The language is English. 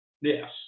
Yes